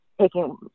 taking